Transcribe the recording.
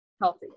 healthy